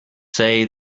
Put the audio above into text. say